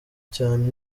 cyane